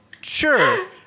sure